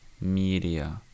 media